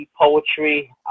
Poetry